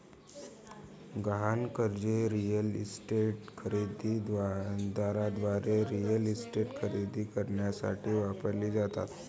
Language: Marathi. गहाण कर्जे रिअल इस्टेटच्या खरेदी दाराद्वारे रिअल इस्टेट खरेदी करण्यासाठी वापरली जातात